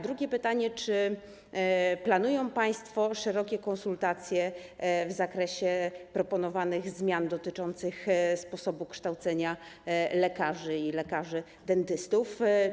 Drugie pytanie: Czy planują państwo szerokie konsultacje w zakresie proponowanych zmian dotyczących sposobu kształcenia lekarzy i lekarzy dentystów?